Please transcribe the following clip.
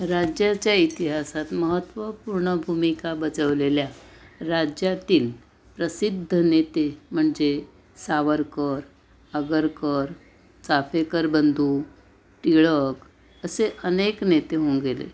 राज्याच्या इतिहासात महत्त्वपूर्ण भूमिका बजावलेल्या राज्यातील प्रसिद्ध नेते म्हणजे सावरकर आगरकर चाफेकर बंधू टिळक असे अनेक नेते होऊन गेले